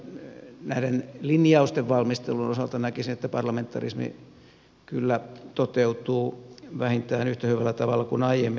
siltä osin näiden linjausten valmistelun osalta näkisin että parlamentarismi kyllä toteutuu vähintään yhtä hyvällä tavalla kuin aiemmin